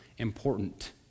important